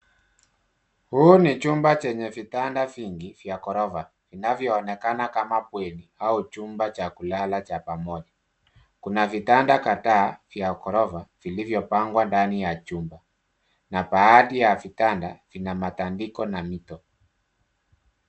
Huu ni chumba chenye vitanda vingi vya ghorofa vinavyoonekana kama bweni au chumba kulala cha pamoja. Kuna vitanda kadhaa vya ghorofa vilivyopangwa ndani ya chumba na baadhi ya vitanda vina matandiko na mito.